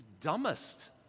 dumbest